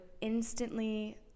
instantly